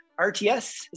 RTS